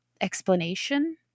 explanation